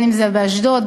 אם באשדוד,